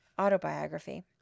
autobiography